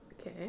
Okay